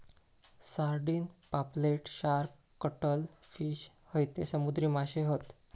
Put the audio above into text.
sardine, पापलेट, shark, cuttlefish हयते समुद्री माशे हत